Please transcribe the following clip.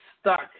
stuck